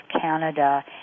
Canada